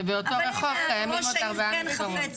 ובאותו רחוב קיימים עוד ארבעה מקומות.